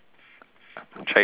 check your snapchat